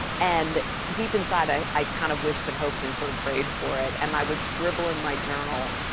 and deep inside, i i kind of wished and hoped and sort of prayed for it. and i would scribble in my journal.